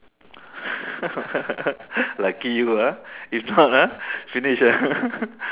lucky you ah if not ah finish ah